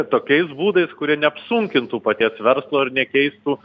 tokiais būdais kurie neapsunkintų paties verslo ir nekeistų